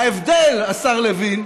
ההבדל, השר לוין,